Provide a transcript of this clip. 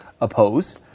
oppose